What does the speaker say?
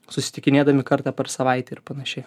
susitikinėdami kartą per savaitę ir panašiai